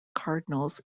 cardinals